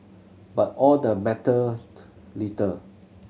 but all the mattered little